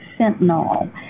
fentanyl